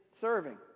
serving